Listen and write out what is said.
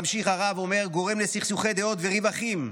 ממשיך הרב ואומר, "גרם לסכסוכי דעות וריב אחים,